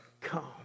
come